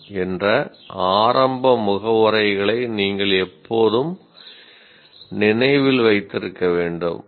' என்ற ஆரம்ப முகவுரைகளை நீங்கள் எப்போதும் நினைவில் வைத்திருக்க வேண்டும்